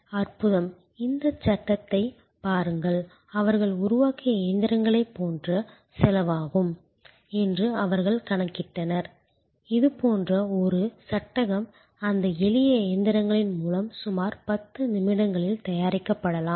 அற்புதம் இந்த சட்டத்தைப் பாருங்கள் அவர்கள் உருவாக்கிய இயந்திரங்களைப் போன்றே செலவாகும் என்று அவர்கள் கணக்கிட்டனர் இது போன்ற ஒரு சட்டகம் அந்த எளிய இயந்திரங்களின் மூலம் சுமார் 10 நிமிடங்களில் தயாரிக்கப்படலாம்